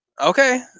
okay